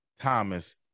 Thomas